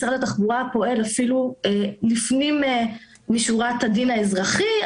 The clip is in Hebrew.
משרד התחבורה פועל אפילו לפנים משורת הדין האזרחי,